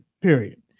Period